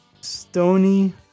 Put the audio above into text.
stony